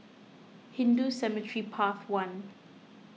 Hindu Cemetery Path one